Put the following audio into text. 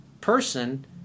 person